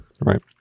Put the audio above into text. Right